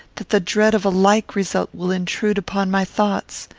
that the dread of a like result will intrude upon my thoughts.